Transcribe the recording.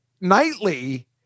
nightly